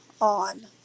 on